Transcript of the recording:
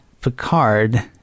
Picard